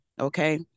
Okay